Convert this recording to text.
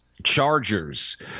Chargers